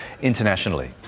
internationally